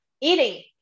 eating